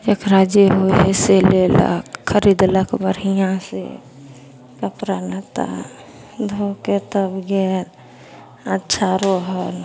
जकरा जे होइ हइ से लेलक खरिदलक बढ़िआँसे कपड़ा लत्ता धऽके तब गेल अच्छा रहल